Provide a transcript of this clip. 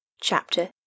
Chapter